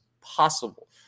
possible